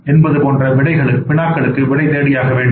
என்பது போன்ற வினாக்களுக்கு விடை தேடியாக வேண்டும்